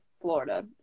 florida